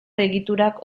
egiturak